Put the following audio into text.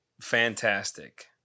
fantastic